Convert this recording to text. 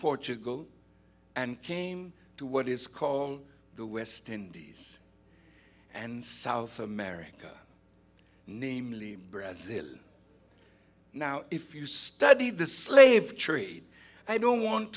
portugal and came to what is called the west indies and south america namely brazil now if you study the slave trade i don't want